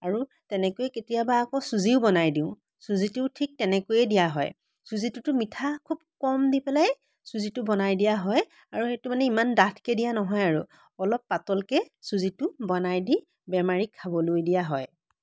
আৰু তেনেকৈয়ে কেতিয়াবা আকৌ চুজিও বনাই দিওঁ চুজিটোও ঠিক তেনেকৈয়ে দিয়া হয় চুজিটোতো মিঠা খুব কম দি পেলাই চুজিটো বনাই দিয়া হয় আৰু সেইটো মানে ইমান ডাঠকৈ দিয়া নহয় আৰু অলপ পাতলকে চুজিটো বনাই দি বেমাৰীক খাবলৈ দিয়া হয়